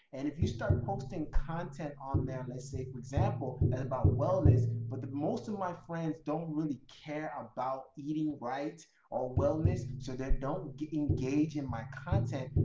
and if you start posting content on there, let's say, for example, about wellness, but that most of my friends don't really care about eating right or wellness, so they don't engage in my content,